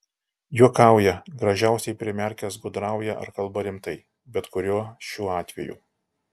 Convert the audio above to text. juokauja gražiausiai prisimerkęs gudrauja ar kalba rimtai bet kuriuo šių atvejų